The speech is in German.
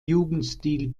jugendstil